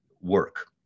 work